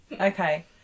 Okay